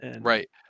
Right